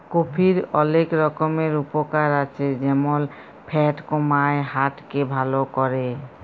কফির অলেক রকমের উপকার আছে যেমল ফ্যাট কমায়, হার্ট কে ভাল ক্যরে